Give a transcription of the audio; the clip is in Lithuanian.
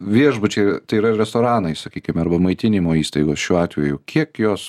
viešbučiai tai yra restoranai sakykim arba maitinimo įstaigos šiuo atveju kiek jos